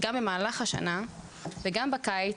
גם במהלך השנה וגם בקיץ,